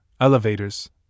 elevators